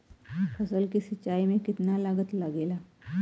फसल की सिंचाई में कितना लागत लागेला?